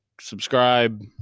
subscribe